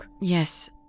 Yes